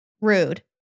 rude